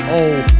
old